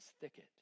thicket